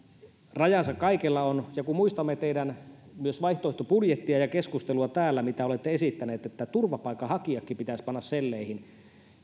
kaikella on rajansa ja kun muistamme myös vaihtoehtobudjettianne ja keskustelua täällä missä olette esittäneet että turvapaikanhakijatkin pitäisi panna selleihin